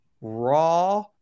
raw